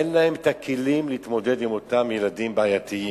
אין להן הכלים להתמודד עם אותם ילדים בעייתיים.